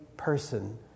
person